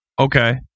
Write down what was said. Okay